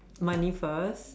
money first